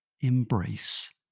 embrace